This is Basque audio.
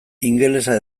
ingelesa